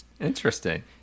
Interesting